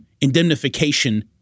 indemnification